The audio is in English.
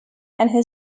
and